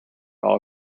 all